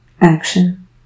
action